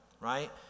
right